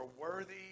worthy